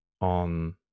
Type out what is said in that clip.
on